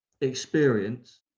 experience